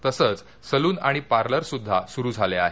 तसंच सलून आणि पार्लर सुद्धा सुरू झाले आहेत